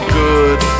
good